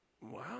Wow